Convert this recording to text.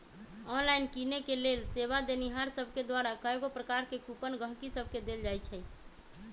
online किनेके लेल सेवा देनिहार सभके द्वारा कएगो प्रकार के कूपन गहकि सभके देल जाइ छइ